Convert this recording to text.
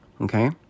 Okay